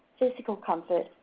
physical comfort,